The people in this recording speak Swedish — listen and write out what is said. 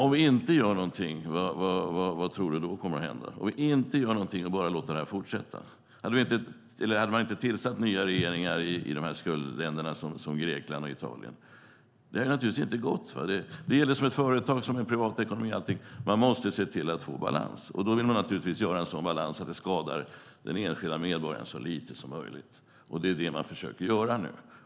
Herr talman! Om vi inte gör något och bara låter detta fortsätta, vad tror du händer då, Ulla Andersson? Om man inte hade tillsatt nya regeringar i skuldländerna Grekland och Italien hade det naturligtvis inte gått. Det är som med företag och privatekonomi: Man måste se till att få balans. Man vill naturligtvis skapa en balans som skadar den enskilda medborgaren så lite som möjligt. Det försöker man göra nu.